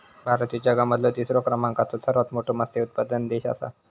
भारत ह्यो जगा मधलो तिसरा क्रमांकाचो सर्वात मोठा मत्स्य उत्पादक देश आसा